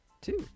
Two